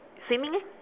swimming eh